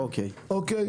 אוקיי?